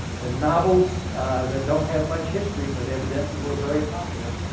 ah novels that don't have much history, but evidently were very popular.